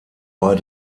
bei